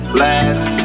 last